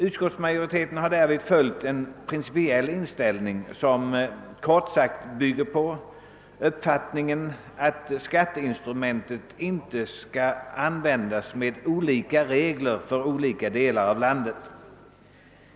Utskottsmajoriteten har därvid vidhållit en principiell inställning som kort sagt innebär att beskattning inte skall ske efter olika regler i olika delar av landet.